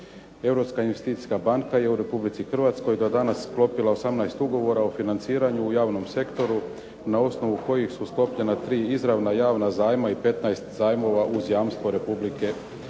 je u Republici Hrvatskoj do danas sklopila 18 ugovora o financiranju u javnom sektoru na osnovu kojih su sklopljena 3 izravna javna zajma i 15 zajmova uz jamstvo Republike Hrvatske.